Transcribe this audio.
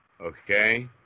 okay